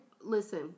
Listen